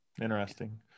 interesting